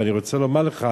ואני רוצה לומר לך,